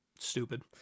Stupid